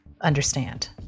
understand